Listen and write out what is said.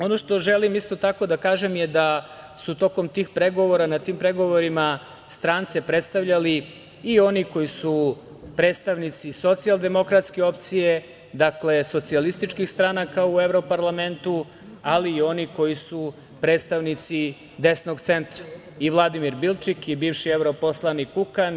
Ono što želim isto tako da kažem je, da su tokom tih pregovora, na tim pregovorima strance predstavljali i oni koji su predstavnici socijaldemokratske opcije, dakle, socijalističkih stranaka u evroparlametnu, ali i oni koji su predstavnici desnog centra i Vladimir Bilčik i bivši evroposlanik Kukan.